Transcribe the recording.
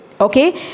Okay